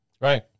Right